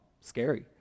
scary